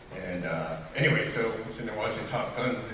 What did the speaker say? and anyway so sitting there watching top gun